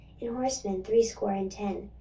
and horsemen threescore and ten,